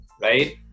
right